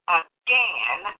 again